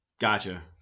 Gotcha